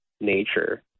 nature